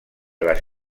las